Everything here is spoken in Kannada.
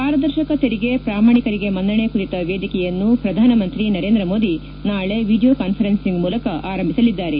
ಪಾರದರ್ಶಕ ತೆರಿಗೆ ಪ್ರಾಮಾಣಿಕರಿಗೆ ಮನ್ನಣೆ ಕುರಿತ ವೇದಿಕೆಯನ್ನು ಪ್ರಧಾನಮಂತ್ರಿ ನರೇಂದ್ರ ಮೋದಿ ನಾಳೆ ವೀಡಿಯೊ ಕಾನ್ತರನ್ನಂಗ್ ಮೂಲಕ ಆರಂಭಿಸಲಿದ್ದಾರೆ